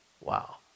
Wow